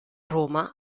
roma